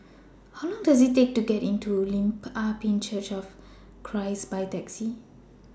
How Long Does IT Take to get to Lim Ah Pin Church of Christ By Taxi